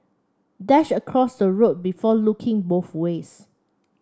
Dash across the road before looking both ways